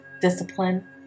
discipline